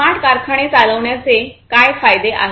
smart कारखाने चालवण्याचे काय फायदे आहेत